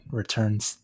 returns